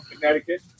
Connecticut